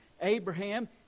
Abraham